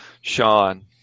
Sean